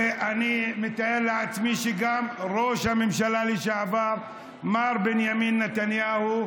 ואני מתאר לעצמי שגם מר בנימין נתניהו,